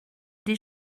des